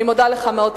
אני מודה לך מאוד.